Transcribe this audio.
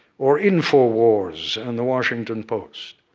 or infowars and the washington post.